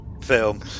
film